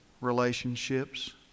Relationships